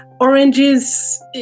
Oranges